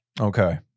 Okay